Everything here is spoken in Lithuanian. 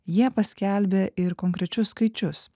jie paskelbė ir konkrečius skaičius